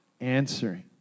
Answering